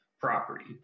property